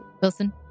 Wilson